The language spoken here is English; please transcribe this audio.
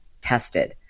tested